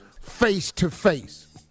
face-to-face